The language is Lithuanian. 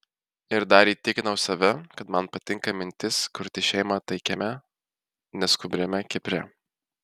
ir dar įtikinau save kad man patinka mintis kurti šeimą taikiame neskubriame kipre